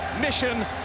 Mission